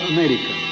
America